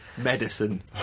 Medicine